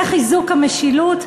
זה חיזוק המשילות?